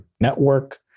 network